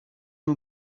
who